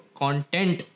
content